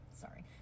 Sorry